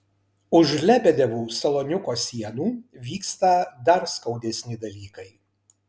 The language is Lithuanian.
už lebedevų saloniuko sienų vyksta dar skaudesni dalykai